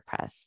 WordPress